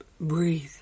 breathe